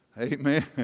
Amen